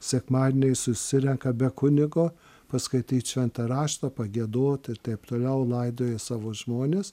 sekmadieniais susirenka be kunigo paskaityt šventą raštą pagiedot ir taip toliau laidoja savo žmones